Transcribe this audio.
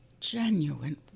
genuine